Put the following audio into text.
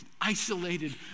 isolated